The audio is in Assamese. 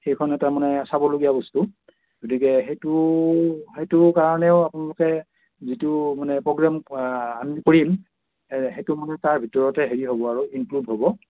সেইখন এটা মানে চাবলগীয়া বস্তু গতিকে সেইটো সেইটোৰ কাৰণেও আপোনালোকে যিটো মানে প্ৰগ্ৰেম আমি কৰিম সেইটো মানে তাৰ ভিতৰতে হেৰি হ'ব আৰু ইনক্লোদ হ'ব